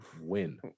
win